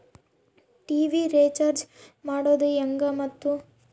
TV recharge ಮಾಡೋದು ಹೆಂಗ ಮತ್ತು?